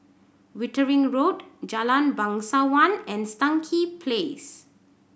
Wittering Road Jalan Bangsawan and Stangee Place